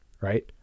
right